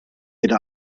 jede